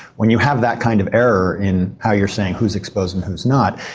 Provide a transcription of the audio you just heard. when you have that kind of error in how you're saying who's exposed and who's not,